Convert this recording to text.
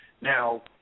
Now